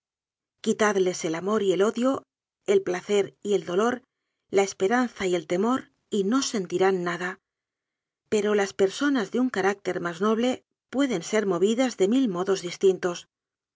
quitadles el amor y el odio el placer y el dolor la esperanza y el te mor y no sentirán nada pero las personas de un carácter más noble pueden ser movidas de mil mo dos distintos